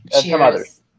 Cheers